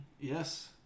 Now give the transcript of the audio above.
Yes